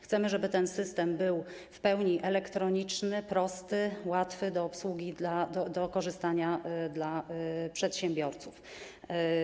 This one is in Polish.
Chcemy, żeby ten system był w pełni elektroniczny, prosty, łatwy do obsługi, do korzystania dla przedsiębiorców.